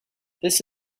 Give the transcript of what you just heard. this